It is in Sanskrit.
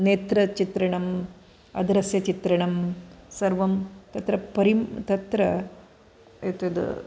नेत्रचित्रणम् अधरस्य चित्रणं सर्वं तत्र परिं तत्र एतद्